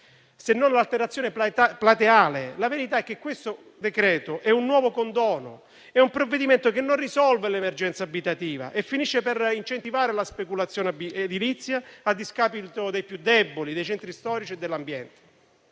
se non dell'alterazione plateale. La verità è che questo decreto è un nuovo condono, è un provvedimento che non risolve l'emergenza abitativa e finisce per incentivare la speculazione edilizia a discapito dei più deboli, dei centri storici e dell'ambiente.